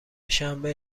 شنبه